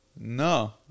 No